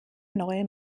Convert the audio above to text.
neue